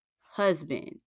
husband